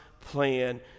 plan